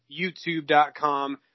YouTube.com